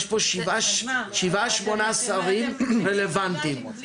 יש פה שבעה-שמונה שרים רלוונטיים.